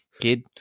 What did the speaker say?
kid